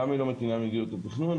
למה היא לא מתאימה למדיניות התכנון?